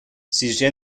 sizce